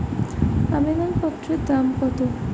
আবেদন পত্রের দাম কত?